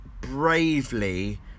bravely